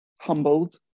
humbled